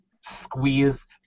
squeeze